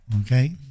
Okay